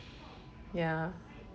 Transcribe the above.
ya